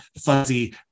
fuzzy